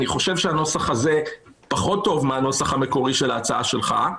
אני חושב שהנוסח הזה פחות טוב מהנוסח המקורי של ההצעה שלך,